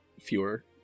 fewer